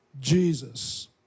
Jesus